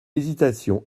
hésitation